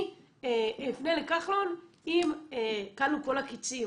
אני אפנה לכחלון אם כלו כל הקצין,